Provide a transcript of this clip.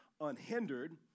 Unhindered